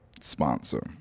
sponsor